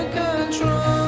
control